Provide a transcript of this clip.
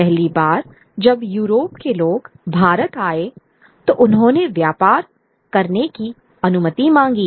पहली बार जब यूरोप के लोग भारत आए तो उन्होंने व्यापार करने की अनुमति मांगी